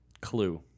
Clue